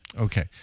Okay